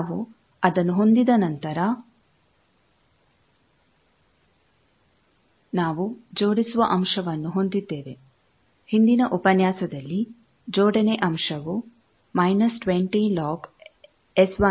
ನಾವು ಅದನ್ನು ಹೊಂದಿದ ನಂತರ ನಾವು ಜೋಡಿಸುವ ಅಂಶವನ್ನು ಹೊಂದಿದ್ದೇವೆ ಹಿಂದಿನ ಉಪನ್ಯಾಸದಲ್ಲಿ ಜೋಡಣೆ ಅಂಶವು −20 log|S13| ಎಂದು ನಾವು ನೋಡಿದ್ದೇವೆ